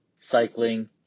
Cycling